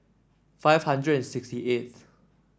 five hundred and sixty eightth